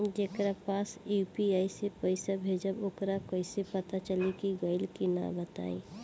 जेकरा पास यू.पी.आई से पईसा भेजब वोकरा कईसे पता चली कि गइल की ना बताई?